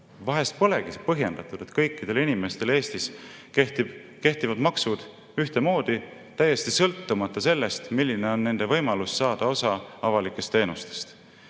vahest polegi see põhjendatud, et kõikidele inimestele Eestis kehtivad maksud ühtemoodi, täiesti sõltumata sellest, milline on nende võimalus saada osa avalikest teenustest.